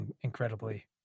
incredibly